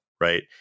right